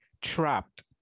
trapped